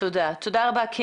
תודה רבה.